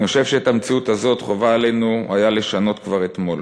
אני חושב שאת המציאות הזאת היה עלינו לשנות כבר אתמול.